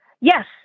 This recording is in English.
Yes